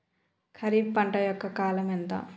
ఖరీఫ్ పంట యొక్క కాలం ఎంత?